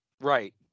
right